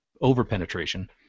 over-penetration